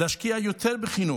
להשקיע יותר בחינוך,